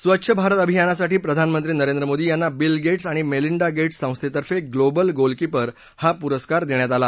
स्वच्छ भारत अभियानासाठी प्रधानमंत्री नरेंद्र मोदी यांना बिल गेट्स आणि मेलिंडा गेट्स संस्थे तर्फे म्लोबल गोलकीपर हा पुरस्कार देण्यात आला